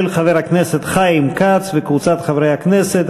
של חבר הכנסת חיים כץ וקבוצת חברי הכנסת,